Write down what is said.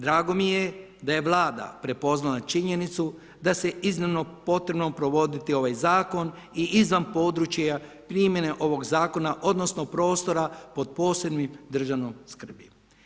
Drago mi je da je Vlada prepoznala činjenicu da se iznimno potrebno provoditi ovaj zakon i izvan područja primjene ovog zakona, odnosno prostora pod posebnom državnom skrbi.